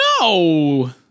No